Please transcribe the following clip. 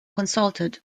consulted